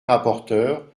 rapporteur